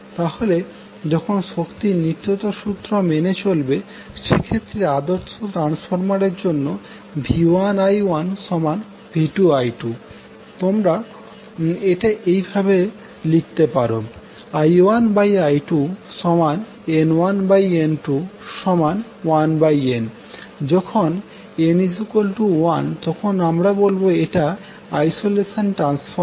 তাহলে যখন শক্তির নিত্যতা সূত্র মেনে চলবে সে ক্ষেত্রে আদর্শ ট্রান্সফরমারের জন্য v1i1v2i2 তোমরা এটা এই এইভাবে লিখতে পারো I2I1N1N21n যখন n1তখন আমরা বলব এটা আইসোলেশন ট্রানসফর্মার